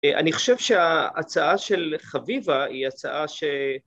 אני חושב שההצעה של חביבה היא הצעה ש...